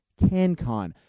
CanCon